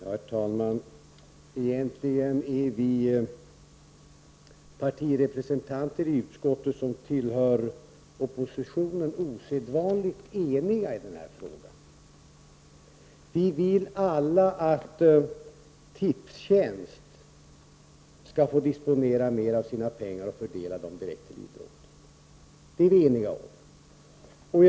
Herr talman! Egentligen är vi partirepresentanter i utskottet som tillhör oppositionen osedvanligt eniga i denna fråga. Vi vill alla att Tipstjänst skall få disponera mera av sina pengar och fördela dem direkt till idrotten.